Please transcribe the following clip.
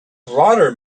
broader